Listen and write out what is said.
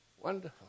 Wonderful